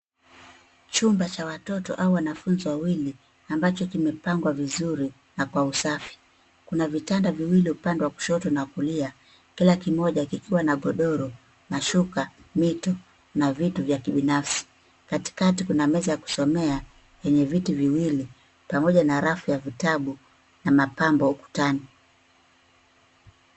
Chumba cha watoto au wanafunzi wawili ambacho kimepangwa vizuri na kwa usafi ,kuna vitanda viwili upande wa kushoto na kulia kila kimoja kikiwa na godoro ,mashuka, mito na vitu vya kibinafsi katikati kuna meza ya kusomea yenye viti viwili pamoja na rafu ya vitabu na mapambo ukutani.